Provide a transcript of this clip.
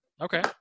Okay